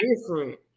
different